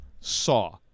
Saw